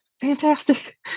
fantastic